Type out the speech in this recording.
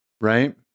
right